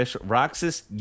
Roxas